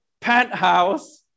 penthouse